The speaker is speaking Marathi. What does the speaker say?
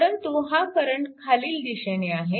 परंतु हा करंट खालील दिशेने आहे